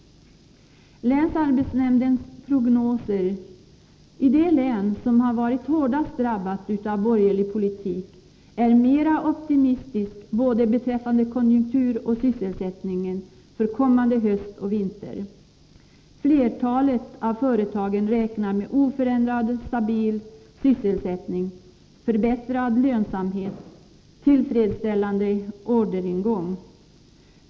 Länsarbetsnämndens prognoser i det län som har varit hårdast drabbat av borgerlig politik är optimistiska både beträffande konjunktur och sysselsättning för kommande höst och vinter. Flertalet av företagen räknar med oförändrad stabil sysselsättning, förbättrad lönsamhet och tillfredsställande orderingång.